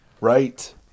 Right